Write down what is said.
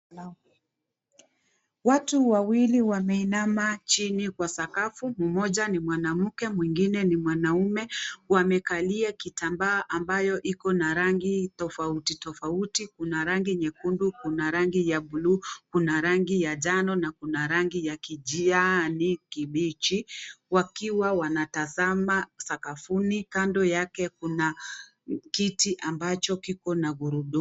Watu wawili wameinama chini kwa sakafu mmoja ni mwanamke mwingine ni mwanamume wamekalia kitambaa ambayo iko na rangi tofauti tofauti, kuna rangi nyekundu kuna rangi ya buluu kuna rangi ya njano na kuna rangi ya kijani kibichi wakiwa wanatazama sakafuni, kando yake kuna kiti ambacho kiko na gurudumu.